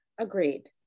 Agreed